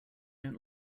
don’t